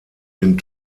den